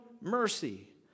mercy